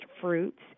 fruits